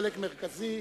חלק מרכזי,